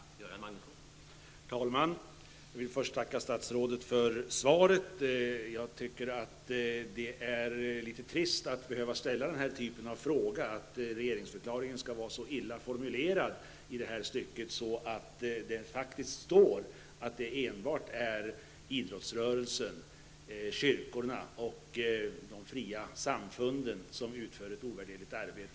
Herr talman! Jag vill först tacka statsrådet för svaret. Det är litet trist att behöva ställa den här typen av fråga och att regeringsförklaringen är så illa formulerad. Det står faktiskt att det enbart är idrottsrörelsen, kyrkorna och de fria samfunden som utför ett ovärderligt arbete.